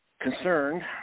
concerned